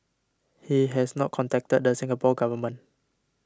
he has not contacted the Singapore Government